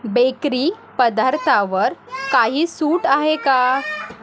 bakery पदार्थावर काही सूट आहे का